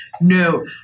No